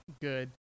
good